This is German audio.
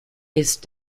ist